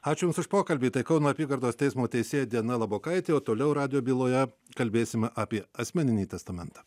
ačiū už pokalbį tai kauno apygardos teismo teisėja diana labokaitė o toliau radijo byloje kalbėsime apie asmeninį testamentą